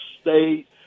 state